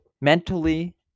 Mentally